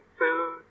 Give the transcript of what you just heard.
food